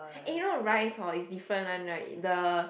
eh you know rice hor is different one right the